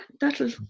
that'll